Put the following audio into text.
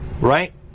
Right